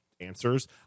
answers